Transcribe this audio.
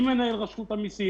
ביחד עם מנהל רשות המיסים,